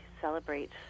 celebrate